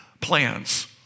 plans